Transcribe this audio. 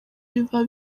biba